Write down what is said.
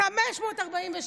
543,